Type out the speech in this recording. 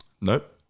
Nope